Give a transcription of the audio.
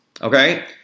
okay